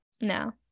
no